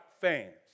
fans